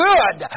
Good